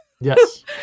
yes